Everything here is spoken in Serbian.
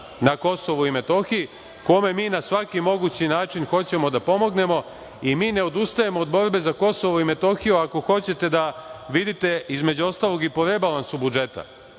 na Kosovu i Metohiji, kome mi na svaki mogući način hoćemo da pomognemo. Mi ne odustajemo od borbe za Kosovo i Metohiju, ako hoćete da vidite, između ostalog, i po rebalansu budžeta.